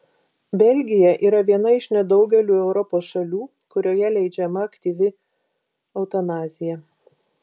belgija yra viena iš nedaugelio europos šalių kurioje leidžiama aktyvi eutanazija